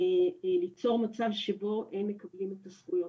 ליצור מצב שבו הם מקבלים את הזכויות,